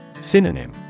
Synonym